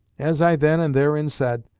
as i then and therein said,